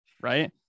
Right